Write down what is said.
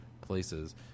places